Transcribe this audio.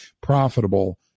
profitable